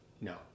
no